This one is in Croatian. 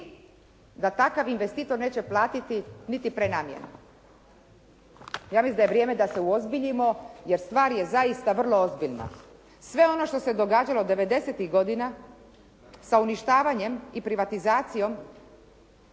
da takav investitor neće platiti niti prenamjenu. Ja mislim da je vrijeme da se uozbiljimo jer stvar je zaista vrlo ozbiljna. Sve ono što se događalo '90-tih godina sa uništavanjem i privatizacijom